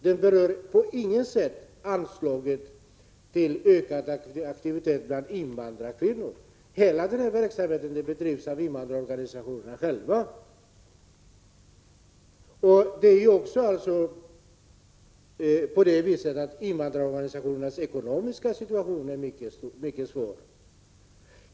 Det berör på intet sätt anslaget till ökade aktiviteter bland invandrarkvinnor — hela denna verksamhet bedrivs av invandrarorganisationerna själva. Invandrarorganisationernas ekonomiska situation är mycket svår.